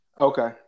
Okay